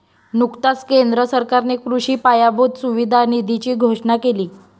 नुकताच केंद्र सरकारने कृषी पायाभूत सुविधा निधीची घोषणा केली